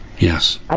Yes